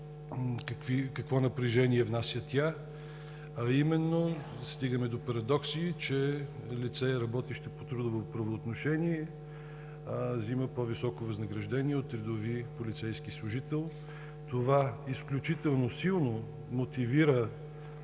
какво напрежение внася тя, а именно стигаме до парадокси, че лица, работещи по трудово правоотношение, вземат по-високо възнаграждение от редови полицейски служител. Това изключително силно демотивира